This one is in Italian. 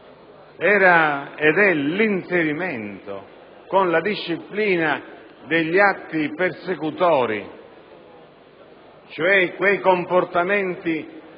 l'inserimento della disciplina degli atti persecutori, cioè di quei comportamenti